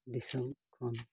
ᱫᱤᱥᱚᱢ ᱠᱷᱚᱱ